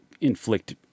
inflict